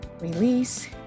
release